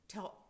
Tell